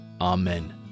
Amen